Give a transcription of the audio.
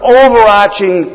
overarching